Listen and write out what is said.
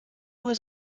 was